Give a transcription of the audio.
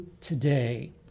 today